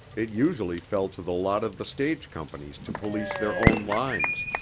it usually fell to the lot of the stage companies to police their own lines,